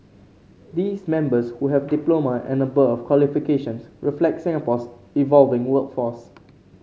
these members who have diploma and above qualifications reflect Singapore's evolving workforce